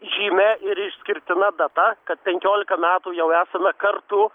žymia ir išskirtina data kad penkiolika metų jau esame kartu